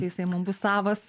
jisai mums bus savas